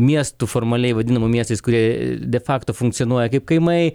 miestų formaliai vadinamų miestais kurie be fakto funkcionuoja kaip kaimai